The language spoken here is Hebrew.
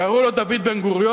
קראו לו דוד בן-גוריון,